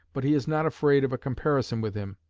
but he is not afraid of a comparison with him.